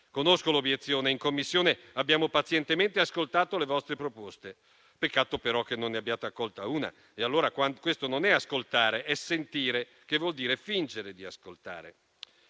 Conosco l'obiezione: in Commissione avete pazientemente ascoltato le nostre proposte. Peccato, però, che non ne abbiate accolta una. Allora, questo non è ascoltare: è sentire, che vuol dire fingere di ascoltare.